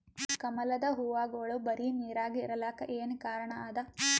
ಕಮಲದ ಹೂವಾಗೋಳ ಬರೀ ನೀರಾಗ ಇರಲಾಕ ಏನ ಕಾರಣ ಅದಾ?